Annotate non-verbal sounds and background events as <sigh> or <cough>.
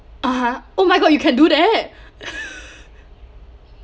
ah oh my god you can do that <breath>